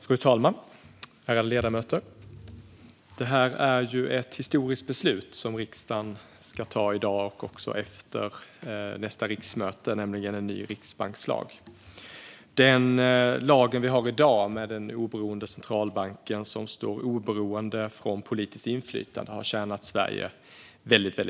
Fru talman! Ärade ledamöter! Det är ett historiskt beslut som riksdagen ska ta i dag och efter nästa riksmöte, nämligen beslut om en ny riksbankslag. Den lag vi har i dag, med en centralbank som står oberoende från politiskt inflytande, har tjänat Sverige väldigt väl.